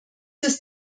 ist